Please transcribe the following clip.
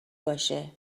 باشه